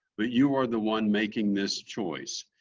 but you are the one making this choice.